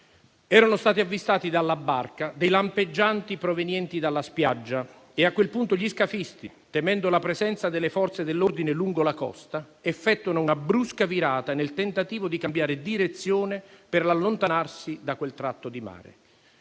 erano stati avvistati dalla barca dei lampeggianti provenienti dalla spiaggia. A quel punto, gli scafisti, temendo la presenza delle Forze dell'ordine lungo la costa, effettuano una brusca virata, nel tentativo di cambiare direzione per allontanarsi da quel tratto di mare.